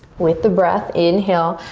with the breath, inhale,